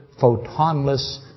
photonless